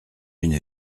une